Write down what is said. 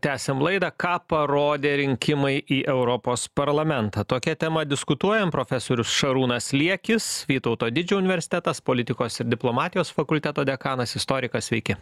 tęsiam laidą ką parodė rinkimai į europos parlamentą tokia tema diskutuojam profesorius šarūnas liekis vytauto didžiojo universitetas politikos ir diplomatijos fakulteto dekanas istorikas sveiki